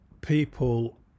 people